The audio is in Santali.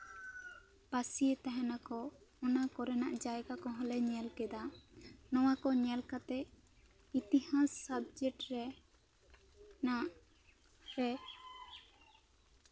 ᱯᱟᱥᱤᱭᱮ ᱛᱟᱦᱮᱸ ᱱᱟᱠᱚ ᱚᱱᱟ ᱠᱚᱨᱮᱱᱟᱜ ᱡᱟᱭᱜᱟ ᱠᱚᱦᱚᱸ ᱞᱮ ᱧᱮᱞ ᱠᱮᱫᱟ ᱱᱚᱣᱟ ᱠᱚ ᱧᱮᱞ ᱠᱟᱛᱮᱜ ᱤᱛᱤᱦᱟᱥ ᱥᱟᱵᱡᱮᱠᱴ ᱨᱮᱱᱟᱜ ᱨᱮ